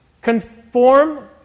conform